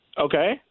Okay